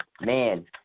man